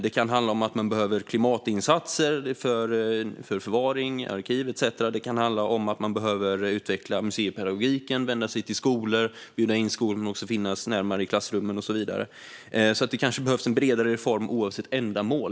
Det kan handla om att man behöver klimatinsatser för förvaring, arkiv etcetera. Det kan handla om att man behöver utveckla museipedagogiken genom att vända sig till skolor, bjuda in skolor, finnas i klassrummen och så vidare. Vad jag reflekterar över är om det kanske behövs en bredare reform oavsett ändamål.